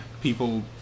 people